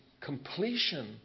completion